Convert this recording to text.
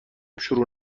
شروع